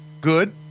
Good